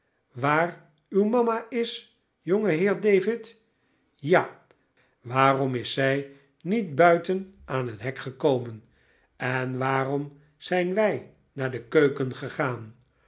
waar uw mama is jongeheer david ja waarom is zij niet buiten aan het hek gekomen en waarom zijn wij naar de keuken gegaan